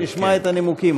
בוא ונשמע את הנימוקים.